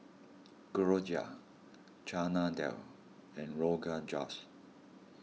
Gyoza Chana Dal and Rogan Josh